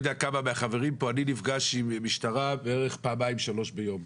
אני נפגש עם משטרה בערך פעמיים-שלוש ביום.